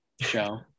show